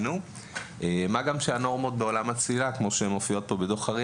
מה גם שהנורמות בעולם הצלילה כפי שמופיעות בדוח הריה